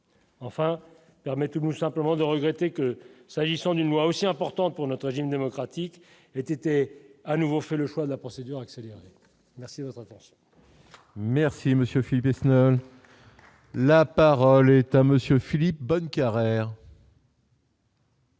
Enfin, permettez-nous simplement de regretter que, s'agissant d'une loi aussi importante pour notre régime démocratique était à nouveau fait le choix de la procédure. Merci, merci Monsieur Philippe Aisne. La parole est à monsieur Philippe Bohn Carrère.